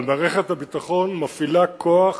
אבל מערכת הביטחון מפעילה כוח